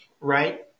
Right